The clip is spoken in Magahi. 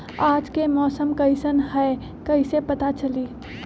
आज के मौसम कईसन हैं कईसे पता चली?